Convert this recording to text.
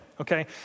Okay